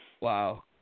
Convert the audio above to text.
Wow